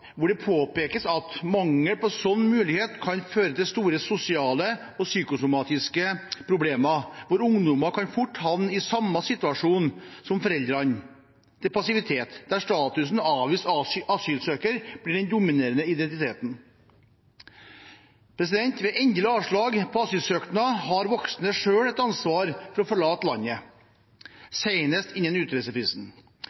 hvor det påpekes: «Mangel på slik mulighet kan føre til store sosiale og psykosomatiske problemer. Ungdommene havner fort i samme passivitet som foreldrene, der statusen som avvist asylsøker blir den dominerende identiteten.» Ved endelig avslag på asylsøknad har voksne selv et ansvar for å forlate landet,